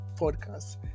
podcast